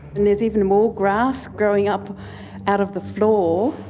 and there's even more grass growing up out of the floor.